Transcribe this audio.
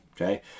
Okay